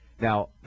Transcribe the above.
Now